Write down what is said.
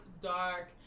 dark